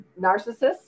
narcissists